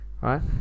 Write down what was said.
right